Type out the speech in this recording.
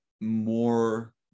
more